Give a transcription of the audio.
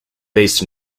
based